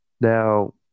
Now